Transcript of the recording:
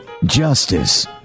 Justice